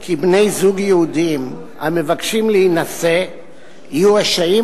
כי בני-זוג יהודים המבקשים להינשא יהיו רשאים